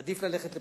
עדיף ללכת לבחירות?